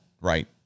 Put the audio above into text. right